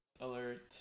alert